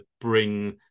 bring